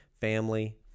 family